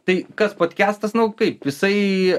tai kas podkestas nu kaip jisai